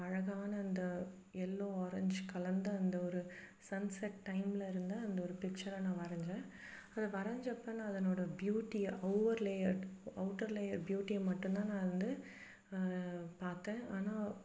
அழகான அந்த yellow orange கலந்த அந்த ஒரு சன் செட் டைமில் இருந்த அந்த ஒரு பிக்சரை நான் வரைஞ்சேன் அதை வரைஞ்சப்ப நான் அதனோட பியூட்டியை ஓவர் லேயர் அவுட்டர் லேயர் பியூட்டியை மட்டும்தான் நான் வந்து பார்த்தேன் ஆனால்